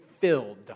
filled